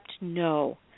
no